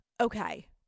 okay